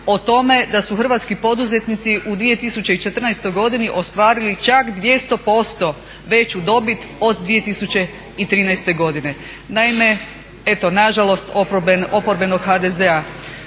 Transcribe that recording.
o tome da su hrvatski poduzetnici u 2014.godini ostvarili čak 200% veću dobit od 2013.godine. Naime, eto nažalost oporbenog HDZ-a.